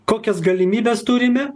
kokias galimybes turime